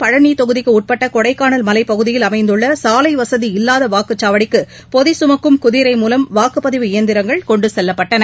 பழனிதொகுதிக்குஉட்பட்டகொடைக்கானல் கிண்டுக்கல் மாவட்டம் மலைப்பகுதியில் அமைந்துள்ளசாலைவசதி இல்லாதவாக்குச்சாவடிக்குபொதிசுமக்கும் குதிரை மூலம் வாக்குப்பதிவு இயந்திரங்கள் கொண்டுசெல்லப்பட்டன